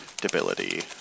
debility